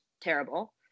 terrible